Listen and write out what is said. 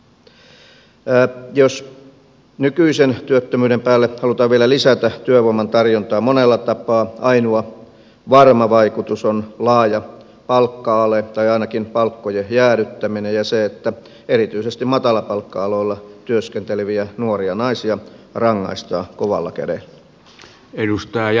jos nykyisen työttömyyden päälle halutaan vielä lisätä työvoiman tarjontaa monella tapaa ainoa varma vaikutus on laaja palkka ale tai ainakin palkkojen jäädyttäminen ja se että erityisesti matalapalkka aloilla työskenteleviä nuoria naisia rangaistaan kovalla kädellä